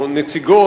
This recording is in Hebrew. או נציגו,